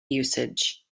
usage